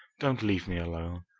don't leave me alone.